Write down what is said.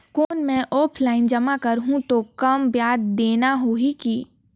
कौन मैं ऑफलाइन जमा करहूं तो कम ब्याज देना होही की?